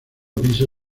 piso